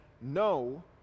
no